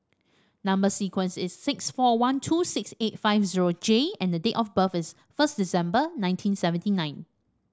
number sequence is six four one two six eight five zero J and the date of birth is first December nineteen seventy nine